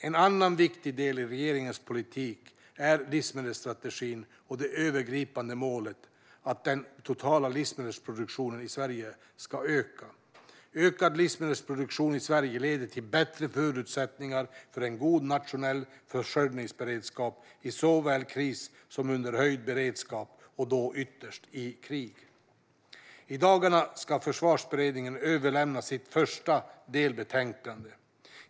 En annan viktig del i regeringens politik är livsmedelsstrategin och det övergripande målet att den totala livsmedelproduktionen i Sverige ska öka. Ökad livsmedelsproduktion i Sverige leder till bättre förutsättningar för en god nationell försörjningsberedskap såväl i kris som under höjd beredskap och då ytterst i krig. I dagarna ska Försvarsberedningen överlämna sitt första delbetänkande.